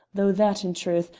though that, in truth,